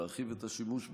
להרחיב את השימוש בו,